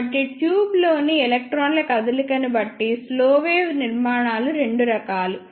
కాబట్టి ట్యూబ్లోని ఎలక్ట్రాన్ల కదలికను బట్టి స్లో వేవ్ నిర్మాణాలు రెండు రకాలు